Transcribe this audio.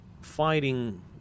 fighting